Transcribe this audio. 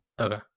okay